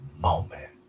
moment